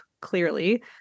clearly